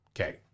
Okay